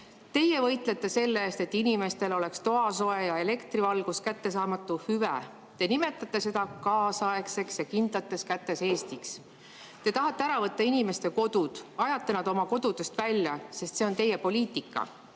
Teie võitlete selle eest, et inimestele oleks toasoe ja elektrivalgus kättesaamatu hüve. Te nimetate seda kaasaegseks ja kindlates kätes Eestiks. Te tahate ära võtta inimeste kodud: ajate nad oma kodudest välja, sest see on teie poliitika. Te